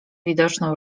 widoczną